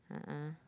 a'ah